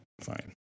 fine